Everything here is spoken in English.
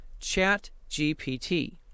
ChatGPT